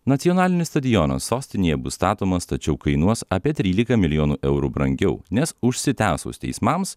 nacionalinis stadionas sostinėje bus statomas tačiau kainuos apie trylika milijonų eurų brangiau nes užsitęsus teismams